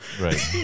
right